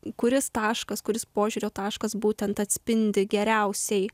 kuris taškas kuris požiūrio taškas būtent atspindi geriausiai